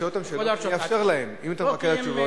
יש לי 11 דקות.